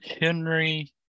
Henry